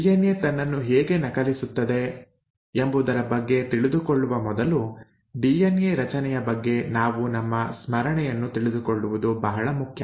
DNA ತನ್ನನ್ನು ಹೇಗೆ ನಕಲಿಸುತ್ತದೆ ಎಂಬುದರ ಬಗ್ಗೆ ತಿಳಿದುಕೊಳ್ಳುವ ಮೊದಲು ಡಿಎನ್ಎ ರಚನೆಯ ಬಗ್ಗೆ ನಾವು ನಮ್ಮ ಸ್ಮರಣೆಯನ್ನು ತಿಳಿದುಕೊಳ್ಳುವುದು ಬಹಳ ಮುಖ್ಯ